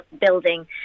building